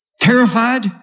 terrified